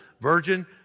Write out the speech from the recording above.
virgin